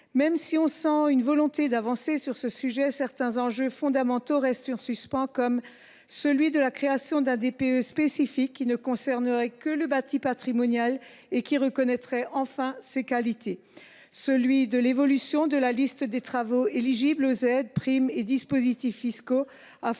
Même si l’on sent une volonté d’avancer sur ce sujet, certains enjeux fondamentaux restent en suspens : la création d’un DPE spécifique, qui ne concernerait que le bâti patrimonial et qui reconnaîtrait enfin ses qualités ; l’évolution de la liste des travaux éligibles aux aides, primes et dispositifs fiscaux, afin que les